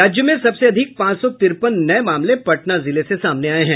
राज्य में सबसे अधिक पांच सौ तिरपन नये मामले पटना जिले से सामने आये हैं